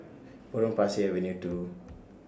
Potong Pasir Avenue two